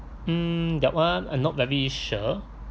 mm that one I'm not very sure